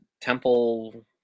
Temple